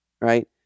right